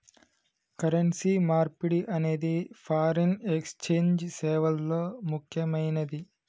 currency మార్పిడి అనేది foreign exchange సేవల్లో ముక్కెమైనది